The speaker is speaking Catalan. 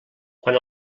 quan